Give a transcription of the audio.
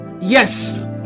Yes